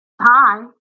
hi